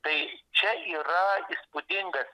tai čia yra įspūdingas